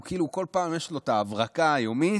כאילו כל פעם יש לו את ההברקה היומית.